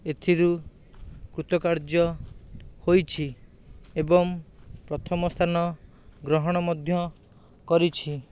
ଏଥିରୁ କୃତକାର୍ଯ୍ୟ ହୋଇଛି ଏବଂ ପ୍ରଥମ ସ୍ଥାନ ଗ୍ରହଣ ମଧ୍ୟ କରିଛି